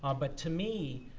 um but to me,